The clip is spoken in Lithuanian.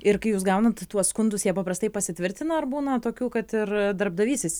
ir kai jūs gaunat tuos skundus jie paprastai pasitvirtina ar būna tokių kad ir darbdavys jis